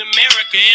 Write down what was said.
America